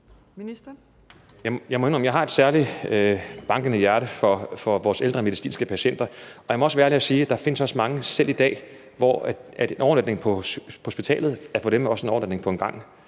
Jeg må indrømme, at jeg har et særlig bankende hjerte for vores ældre medicinske patienter, og jeg må også være ærlig at sige, at der selv i dag findes mange tilfælde, hvor en overnatning på hospitalet er en overnatning på en gang,